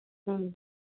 हाँ